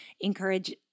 encourage